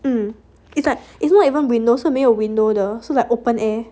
mm it's like it's not even window 是没有 window 的是 so like open air